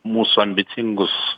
mūsų ambicingus